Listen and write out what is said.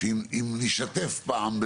שאם נישטף פעם,